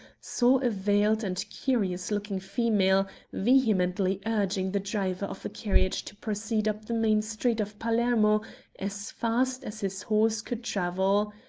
saw a veiled and curious-looking female vehemently urging the driver of a carriage to proceed up the main street of palermo as fast as his horse could travel.